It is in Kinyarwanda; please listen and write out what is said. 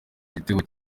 igitego